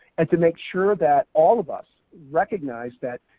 and to make sure that all of us recognize that,